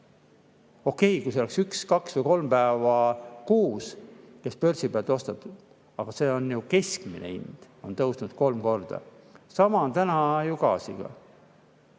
Okei, kui see oleks üks, kaks või kolm päeva kuus börsi pealt ostetud, aga see on keskmine hind, mis on tõusnud kolm korda. Sama on täna ju gaasiga.